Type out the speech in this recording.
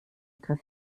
griff